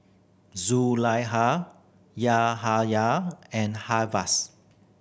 Zulaikha Yahaya and Hafas